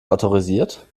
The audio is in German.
autorisiert